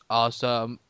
awesome